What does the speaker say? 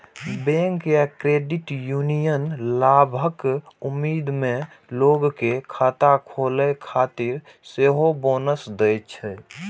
bank या credit union लाभक उम्मीद मे लोग कें खाता खोलै खातिर सेहो बोनस दै छै